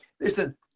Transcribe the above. Listen